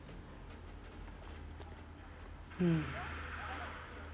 mm